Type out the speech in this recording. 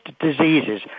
diseases